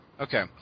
Okay